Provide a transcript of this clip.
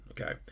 okay